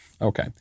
Okay